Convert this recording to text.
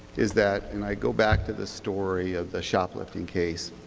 is that and i go back to the story of the shoplifting case.